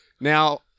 now